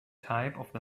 type